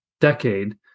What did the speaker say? decade